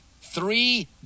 three